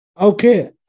Okay